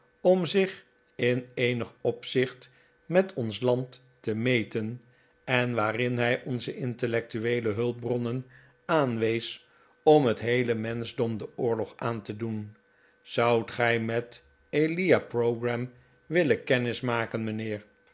om zich in eenig opzicht met ons land te meten en waarin hij onze intellectueele hulpbronnen aanwees om het heele menschdom den oorlog aan te doen zoudt gij met elia pogram willen